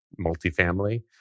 multifamily